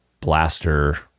blaster